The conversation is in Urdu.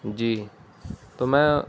جی تو میں